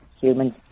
humans